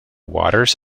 waters